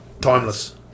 Timeless